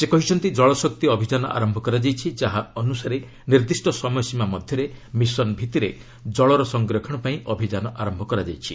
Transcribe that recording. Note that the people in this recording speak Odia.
ସେ କହିଛନ୍ତି ଜଳଶକ୍ତି ଅଭିଯାନ ଆରମ୍ଭ କରାଯାଇଛି ଯାହା ଅନୁସାରେ ନିର୍ଦ୍ଦିଷ୍ଟ ସମୟସୀମା ମଧ୍ୟରେ ମିଶନ୍ ଭିତ୍ତିରେ କଳର ସଂରକ୍ଷଣ ପାଇଁ ଅଭିଯାନ ଆରମ୍ଭ କରାଯାଇଛି